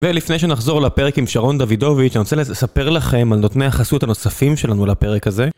ולפני שנחזור לפרק עם שרון דוידוביץ', אני רוצה לספר לכם על נותני החסות הנוספים שלנו לפרק הזה.